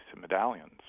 medallions